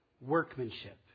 workmanship